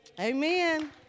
amen